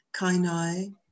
Kainai